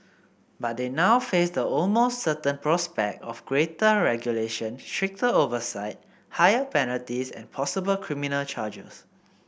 but they now face the almost certain prospect of greater regulation stricter oversight higher penalties and possible criminal charges